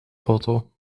foto